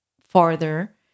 farther